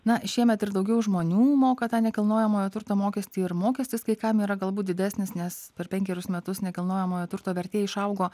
na šiemet ir daugiau žmonių moka tą nekilnojamojo turto mokestį ir mokestis kai kam yra galbūt didesnis nes per penkerius metus nekilnojamojo turto vertė išaugo